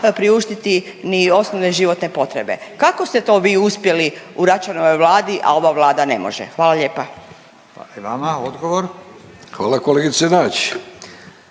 priuštiti ni osnovne životne potrebe. Kako ste to vi uspjeli u Račanovoj vladi, a ova vlada ne može? Hvala lijepa. **Radin, Furio (Nezavisni)**